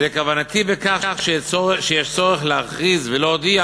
וכוונתי בכך שיש צורך להכריז ולהודיע